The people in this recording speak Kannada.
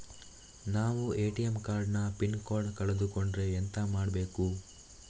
ನಾವು ಎ.ಟಿ.ಎಂ ಕಾರ್ಡ್ ನ ಪಿನ್ ಕೋಡ್ ಕಳೆದು ಕೊಂಡ್ರೆ ಎಂತ ಮಾಡ್ಬೇಕು?